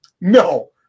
No